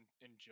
enjoy